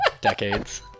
decades